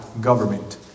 government